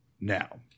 Now